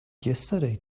yesterday